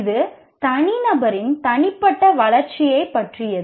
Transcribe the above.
இது தனிநபரின் தனிப்பட்ட வளர்ச்சியைப் பற்றியது